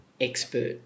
expert